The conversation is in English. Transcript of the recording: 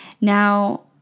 Now